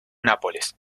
nápoles